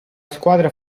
squadra